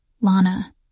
Lana